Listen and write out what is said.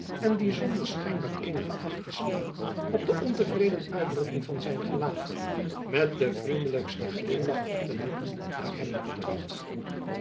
en die zonder schijnbaar eenige acht te slaan op de ontevreden uitdrukking van zijn gelaat met den vriendelijksten glimlach op de lippen naar hem